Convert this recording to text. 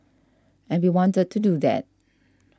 and we wanted to do that